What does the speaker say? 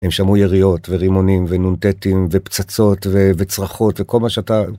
הם שמעו יריות ורימונים ונון-טטים ופצצות וצרחות וכל מה שאתה